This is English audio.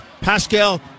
Pascal